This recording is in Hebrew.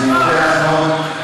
מה אתה רוצה,